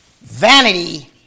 Vanity